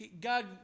God